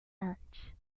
sachs